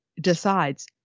decides